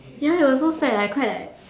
ya it was so sad I cried like